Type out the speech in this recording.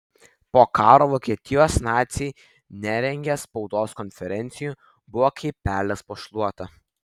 po karo vokietijos naciai nerengė spaudos konferencijų buvo kaip pelės po šluota